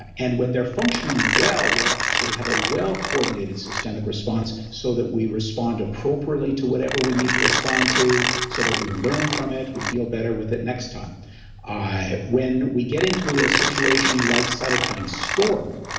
and when they're functioning well, we actually have a well-coordinated systemic response, so that we respond appropriately to whatever we need to respond to, so that we learn from it, we deal better with it next time when we get into a situation like cytokine storm,